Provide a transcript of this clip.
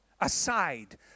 aside